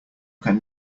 can